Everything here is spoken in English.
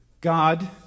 God